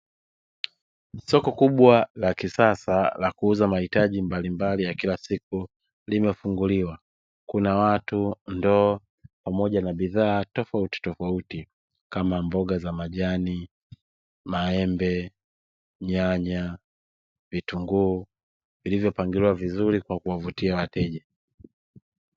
Soko kubwa la kisasa la kuuza mahitaji mbalimbali ya kila siku limefunguliwa. Kuna watu, ndoo pamoja na bidhaa tofautitofauti kama: mboga za majani, maembe, nyanya, vitunguu vilivyopangiwa vizuri kwa kuwavutia wateja.